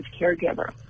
caregiver